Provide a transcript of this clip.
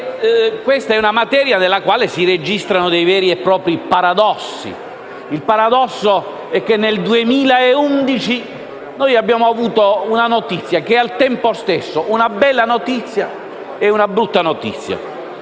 Questa è una materia nella quale si registrano dei veri e propri paradossi. Un paradosso è che, nel 2011, noi abbiamo avuto una notizia che è, al tempo stesso, una bella e una brutta notizia.